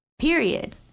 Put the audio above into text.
period